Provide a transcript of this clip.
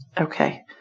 Okay